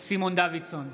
סימון דוידסון,